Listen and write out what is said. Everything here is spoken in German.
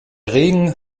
regen